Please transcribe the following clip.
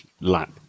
lap